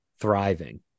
thriving